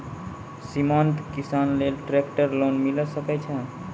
सीमांत किसान लेल ट्रेक्टर लोन मिलै सकय छै?